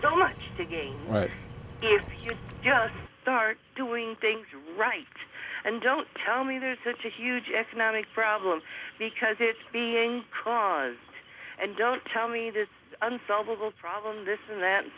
so much to gain if you just start doing things right and don't tell me there's such a huge economic problem because it's being caused and don't tell me this unsolvable problem this and that